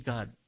God